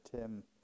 Tim